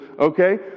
Okay